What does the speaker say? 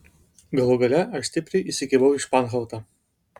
galų gale aš stipriai įsikibau į španhautą